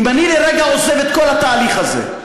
אם אני לרגע עוזב את כל התהליך הזה,